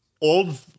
old